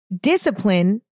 discipline